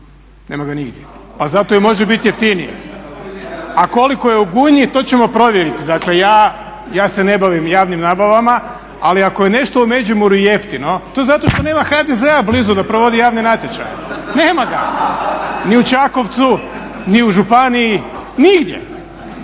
Nema ga nigdje pa zato i može biti jeftinije. A koliko je u Gunji, to ćemo provjeriti. Dakle ja se ne bavim javnim nabavama ali ako je nešto u Međimurju jeftino, to je zato što nema HDZ-a blizu da provoditi javni natječaj. Nema ga, ni u Čakovcu ni u županiji, nigdje.